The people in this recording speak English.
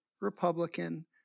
Republican